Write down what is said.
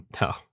no